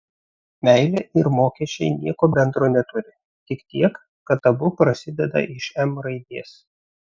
meilė ir mokesčiai nieko bendro neturi tik tiek kad abu prasideda iš m raidės